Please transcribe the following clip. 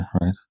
right